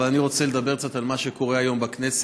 אבל אני רוצה לדבר קצת על מה שקורה היום בכנסת.